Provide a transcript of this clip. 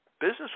Business